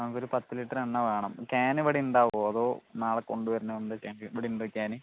ആ ഒര് പത്ത് ലിറ്ററ് എണ്ണ വേണം ക്യാൻ ഇവിടുണ്ടാകുമോ അതോ നാളെ കൊണ്ട് വരണോന്നുണ്ടോ ക്യാന് ഇവിടുണ്ടോ ക്യാന്